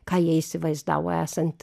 ką jie įsivaizdavo esant